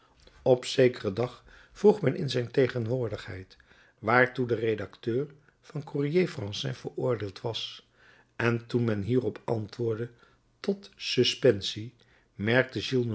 op zekeren dag vroeg men in zijn tegenwoordigheid waartoe de redacteur van den courier français veroordeeld was en toen men hierop antwoordde tot suspensie merkte